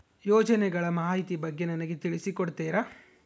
ಯೋಜನೆಗಳ ಮಾಹಿತಿ ಬಗ್ಗೆ ನನಗೆ ತಿಳಿಸಿ ಕೊಡ್ತೇರಾ?